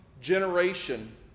generation